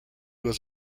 was